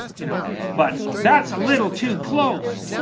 you know but, that's a little too close.